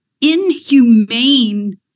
inhumane